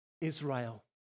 Israel